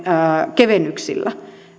kevennyksillä